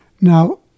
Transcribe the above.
Now